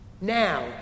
Now